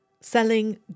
selling